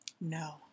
No